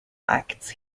acts